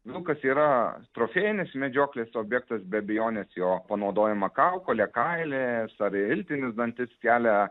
nu kas yra trofėjinis medžioklės objektas be abejonės jo panaudojama kaukolė kailis ar iltinius dantis kelia